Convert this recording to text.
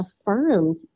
affirmed